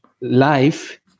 life